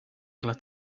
glad